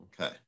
Okay